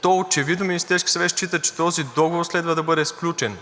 то очевидно Министерският съвет счита, че този договор следва да бъде сключен.